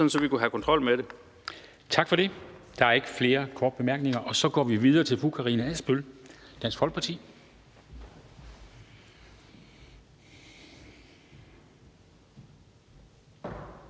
(Henrik Dam Kristensen): Tak for det. Der er ikke flere korte bemærkninger. Så går vi videre til fru Karina Adsbøl, Dansk Folkeparti.